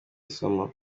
isomo